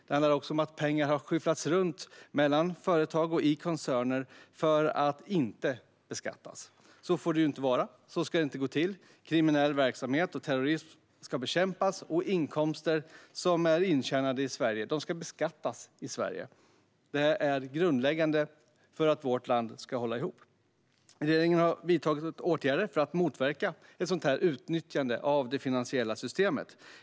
Det handlar också om att pengar skyfflats runt mellan företag och i koncerner för att inte beskattas. Så får det inte vara, och så ska det inte gå till. Kriminell verksamhet och terrorism ska bekämpas. Inkomster som är intjänade i Sverige ska beskattas i Sverige. Det är grundläggande för att vårt land ska hålla ihop. Regeringen har vidtagit åtgärder för att motverka ett sådant utnyttjande av det finansiella systemet.